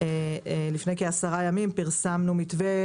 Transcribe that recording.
לפני כעשרה ימים פרסמנו מתווה